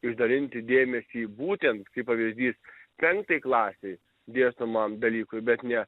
išdalinti dėmesį būtent kaip pavyzdys penktai klasei dėstomam dalykui bet ne